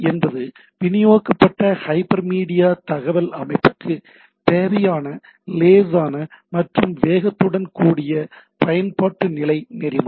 என்பது விநியோகிக்கப்பட்ட hyper media தகவல் அமைப்புக்கு தேவையான இலேசான மற்றும் வேகத்துடன் கூடிய பயன்பாட்டு நிலை நெறிமுறை